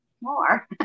more